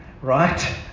right